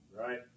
Right